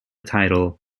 title